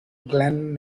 glen